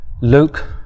Luke